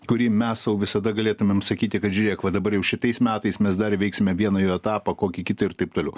kurį mes sau visada galėtumėm sakyti kad žiūrėk va dabar jau šitais metais mes dar įveiksime vieną jo etapą kokį kitą ir taip toliau